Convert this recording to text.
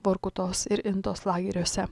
vorkutos ir intos lageriuose